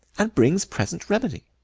and brings present remedy.